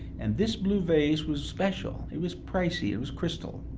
and this blue vase was special. it was pricey it was crystal,